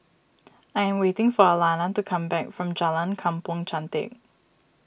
I am waiting for Alana to come back from Jalan Kampong Chantek